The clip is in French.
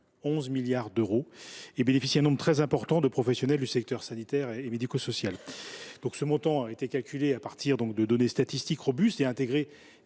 11 milliards d’euros ! Elles bénéficient à un nombre très important de professionnels du secteur sanitaire et médico social. Ce montant a été calculé à partir de données statistiques robustes et intègre